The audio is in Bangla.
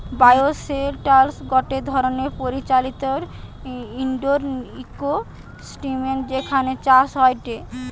বায়োশেল্টার গটে ধরণের পরিচালিত ইন্ডোর ইকোসিস্টেম যেখানে চাষ হয়টে